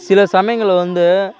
சில சமயங்களில் வந்து